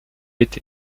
été